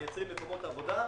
מייצרים מקומות עבודה,